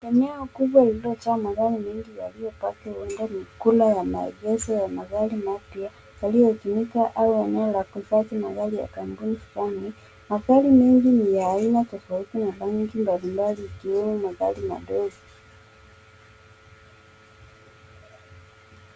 Eneo kubwa lililojaa magari mengi yaliyopaki. Huenda ni kula ya maegezo ya magari mapya yaliyotumika, au eneo la kuhifadhi magari ya kampuni fulani. Magari mengi ni ya aina tofauti, na rangi mbalimbali yakiwemo magari madogo.